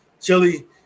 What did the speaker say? Chili